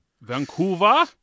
Vancouver